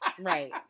Right